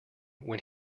when